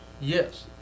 Yes